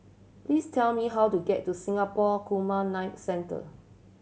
please tell me how to get to Singapore Gamma Knife Centre